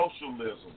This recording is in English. Socialism